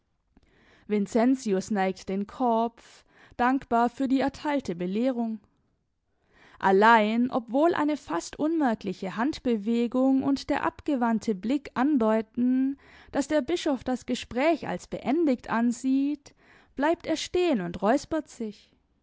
vincentius neigt den kopf dankbar für die erteilte belehrung allein obwohl eine fast unmerkliche handbewegung und der abgewandte blick andeuten daß der bischof das gespräch als beendigt ansieht bleibt er stehen und räuspert sich